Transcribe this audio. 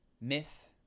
myth